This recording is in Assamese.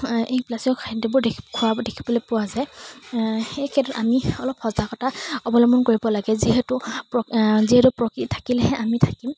এই খাদ্যবোৰ দেখি খোৱা দেখিবলৈ পোৱা যায় সেই ক্ষেত্ৰত আমি অলপ সজাগতা অৱলম্বন কৰিব লাগে যিহেতু যিহেতু প্ৰকৃতি থাকিলেহে আমি থাকিম